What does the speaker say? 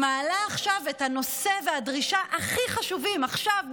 מעלה את הנושא והדרישה הכי חשובים עכשיו,